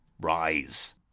Rise